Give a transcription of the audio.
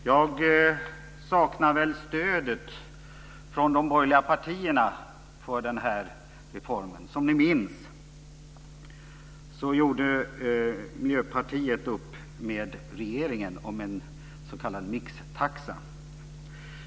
Jag saknar stöd från de borgerliga partierna för denna reform. Som ni minns gjorde Miljöpartiet upp med regeringen om en s.k. mixtaxa.